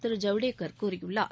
திரு ஜவ்டேக்கா கூறியுள்ளார்